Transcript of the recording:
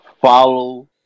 follow